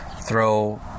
throw